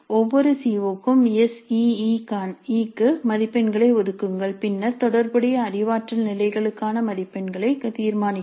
ஒவ்வொரு C O க்கும் S E க்கு மதிப்பெண்களை ஒதுக்குங்கள் பின்னர் தொடர்புடைய அறிவாற்றல் நிலைகளுக்கான மதிப்பெண்களை தீர்மானிக்கவும்